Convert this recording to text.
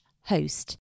host